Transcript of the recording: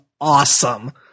awesome